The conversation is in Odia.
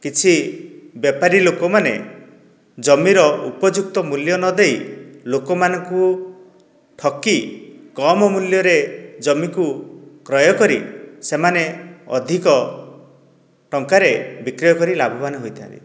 କିଛି ବେପାରୀ ଲୋକମାନେ ଜମିର ଉପଯୁକ୍ତ ମୂଲ୍ୟ ନ ଦେଇ ଲୋକମାନଙ୍କୁ ଠକି କମ ମୂଲ୍ୟରେ ଜମି କୁ କ୍ରୟ କରି ସେମାନେ ଅଧିକ ଟଙ୍କାରେ ବିକ୍ରୟ କରି ଲାଭବାନ ହୋଇଥାନ୍ତି